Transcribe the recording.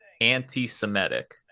anti-Semitic